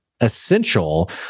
essential